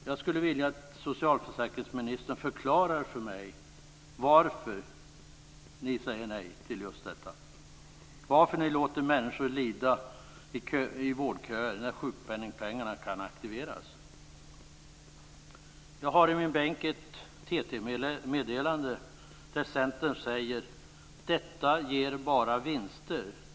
Jag skulle vilja att socialförsäkringsministern förklarar för mig varför ni säger nej till just detta. Varför låter ni människor lida i vårdköer när sjukpenningspengarna kan aktiveras? Jag har i min bänk ett TT-meddelande där Centern säger: Detta ger bara vinster.